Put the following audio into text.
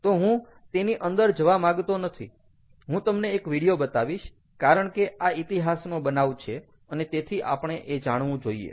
તો હું તેની અંદર જવા માગતો નથી હું તમને એક વિડીયો બતાવીશ કારણ કે આ ઇતિહાસનો બનાવ છે અને તેથી આપણે એ જાણવું જોઈએ